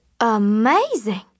amazing